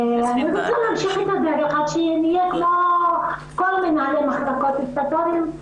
אני רוצה להמשיך את הדרך עד שנהיה כמו כל מנהלי המחלקות הסטטוטוריים,